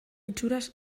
itxuraz